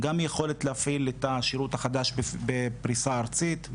גם יכולת להפעיל את השירות החדש בפריסה ארצית,